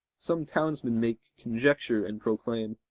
some townsman make conjecture and proclaim,